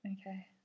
okay